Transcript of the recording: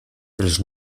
dels